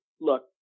look